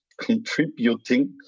contributing